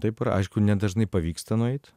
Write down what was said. taip yra aišku nedažnai pavyksta nueit